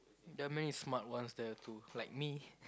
there are many smart ones there too like me